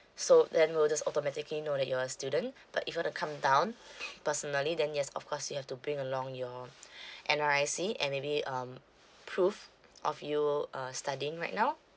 so then we'll just automatically know that you're a student but if you wanna come down personally then yes of course you have to bring along your N_R_I_C and maybe um proof of you uh studying right now